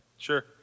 Sure